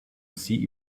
see